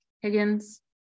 Higgins